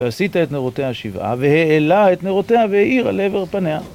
ועשית את נרותיה שבעה והעלה את נרותיה והאיר על עבר פניה.